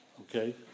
Okay